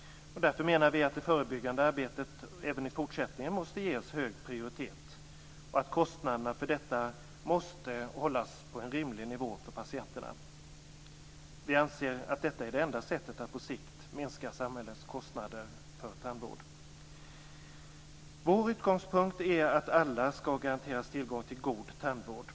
Vi menar att det förebyggande arbetet även i fortsättningen måste ges hög prioritet och att kostnaderna för detta måste hållas på en rimlig nivå för patienterna. Vi anser att detta är det enda sättet att på sikt minska samhällets kostnader för tandvård. Vår utgångspunkt är att alla skall garanteras tillgång till god tandvård.